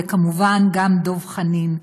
וכמובן גם דב חנין,